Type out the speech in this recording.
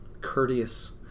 courteous